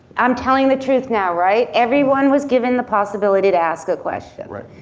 i'm telling the truth now right? everyone was given the possibility to ask a question. right.